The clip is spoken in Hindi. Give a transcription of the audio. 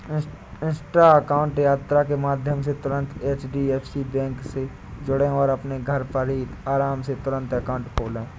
इंस्टा अकाउंट यात्रा के माध्यम से तुरंत एच.डी.एफ.सी बैंक से जुड़ें और अपने घर पर ही आराम से तुरंत अकाउंट खोले